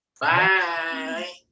Bye